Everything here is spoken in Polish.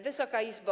Wysoka Izbo!